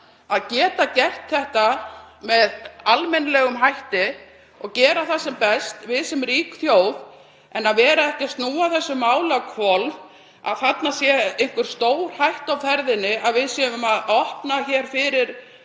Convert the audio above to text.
að geta gert þetta með almennilegum hætti og gera það sem best, við sem rík þjóð, en snúa þessu máli ekki á hvolf, að þarna sé einhver stórhætta á ferðinni, að við séum að opna fyrir